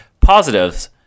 positives